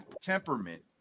temperament